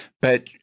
But-